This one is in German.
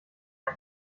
ein